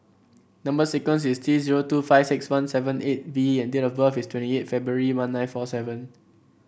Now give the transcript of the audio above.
number sequence is T zero two five six one seven eight V and date of birth is twenty eight February one nine four seven